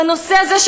בנושא הזה,